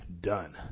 done